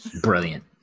Brilliant